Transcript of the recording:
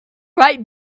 right